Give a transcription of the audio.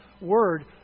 Word